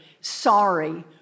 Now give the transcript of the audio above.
sorry